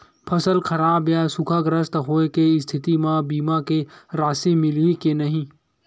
फसल खराब या सूखाग्रस्त होय के स्थिति म बीमा के राशि मिलही के नही?